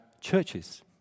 churches